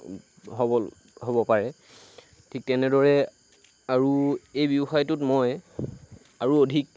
সবল হ'ব পাৰে ঠিক তেনেদৰে আৰু এই ব্যৱসায়টোত মই আৰু অধিক